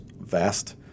vast